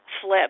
Flip